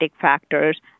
factors